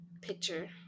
picture